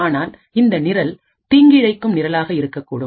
ஆனால் இந்த நிரல் தீங்கிழைக்கும் நிரலாக இருக்கக்கூடும்